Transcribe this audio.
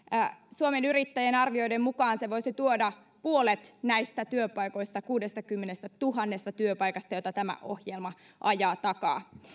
suomen yrittäjien arvioiden mukaan se voisi tuoda puolet näistä työpaikoista kuudestakymmenestätuhannesta työpaikasta joita tämä ohjelma ajaa takaa